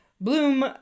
Bloom